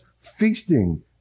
feasting